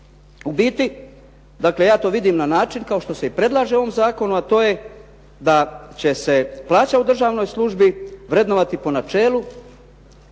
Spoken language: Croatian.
U biti ja to vidim na način kao što se i predlaže u ovom zakonu, a to je da će se plaća u državnoj službi vrednovati po načelu,